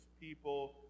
people